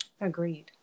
Agreed